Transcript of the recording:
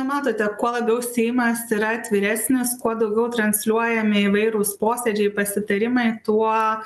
matote kuo labiau seimas yra atviresnis kuo daugiau transliuojami įvairūs posėdžiai pasitarimai tuo